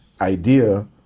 idea